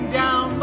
down